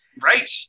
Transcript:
Right